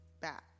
back